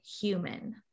human